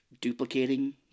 duplicating